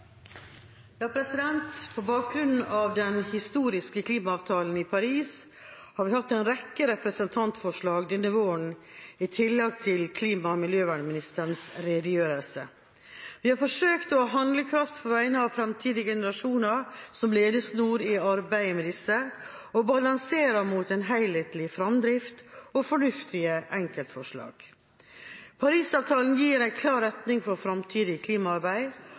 På bakgrunn av den historiske klimaavtalen i Paris har vi denne våren hatt en rekke representantforslag i tillegg til klima- og miljøministerens redegjørelse. Vi har forsøkt å ha handlekraft på vegne av framtidige generasjoner som ledesnor i arbeidet med disse og balanserer mot en helhetlig framdrift og fornuftige enkeltforslag. Paris-avtalen gir en klar retning for framtidig klimaarbeid